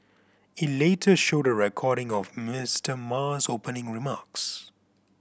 it later showed a recording of Mister Ma's opening remarks